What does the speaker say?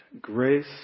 grace